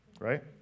Right